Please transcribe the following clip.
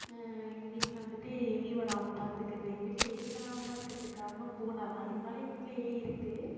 எங்கள் வீட்டில் வந்துட்டு எலி வராமல் பார்த்துக்குறது எங்கள் வீட்டில் எலி இல்லாமல் இருக்கிறத்துக்கு காரணம் பூனைதான் இருந்தாலும் எங்கள் வீட்டில் எலி இருக்குது